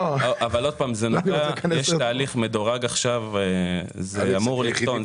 יש עכשיו תהליך מדורג וזה אמור לקטון.